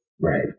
Right